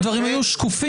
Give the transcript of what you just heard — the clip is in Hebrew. הדברים היו שקופים,